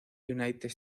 united